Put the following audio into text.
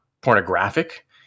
pornographic